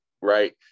right